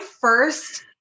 first